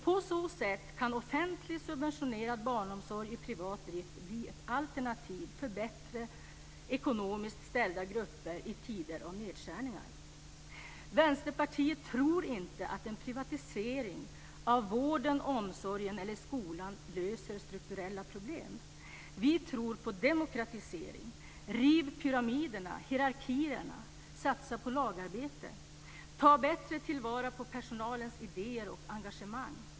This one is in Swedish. På så sätt kan offentligt subventionerad barnomsorg i privat drift bli ett alternativ för bättre ekonomiskt ställda grupper i tider av nedskärningar. Vänsterpartiet tror inte att en privatisering av vården, omsorgen eller skolan löser strukturella problem. Vi tror på demokratisering. Riv pyramiderna, hierarkierna, och satsa på lagarbete. Ta bättre till vara på personalens idéer och engagemang.